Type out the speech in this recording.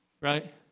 right